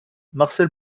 marcel